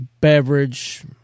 beverage